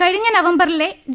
കഴിഞ്ഞ നവംബറിലെ ജി